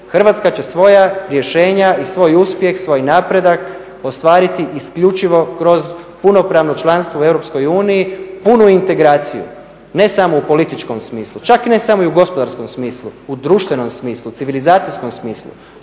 Hrvatska će svoja rješenja i svoj uspjeh, svoj napredak ostvariti isključivo kroz punopravno članstvo u Europskoj uniji, punu integraciju, ne samo u političkom smislu, čak ne samo i u gospodarskom smislu, u društvenom smislu, civilizacijskom smislu,